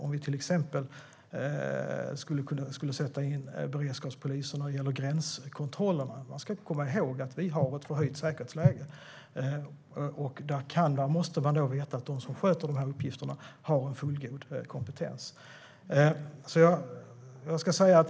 Om vi till exempel skulle sätta in beredskapspoliserna vid gränskontrollerna ska man komma ihåg att vi har ett förhöjt säkerhetsläge. Man måste veta att de som fullgör de uppgifterna har en fullgod kompetens.